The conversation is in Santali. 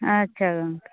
ᱟᱪᱪᱷᱟ ᱜᱚᱝᱠᱮ